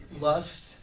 lust